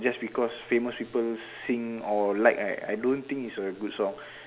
just because famous people sing or like right I don't think is a good song